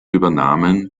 übernahmen